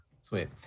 sweet